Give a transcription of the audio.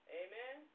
amen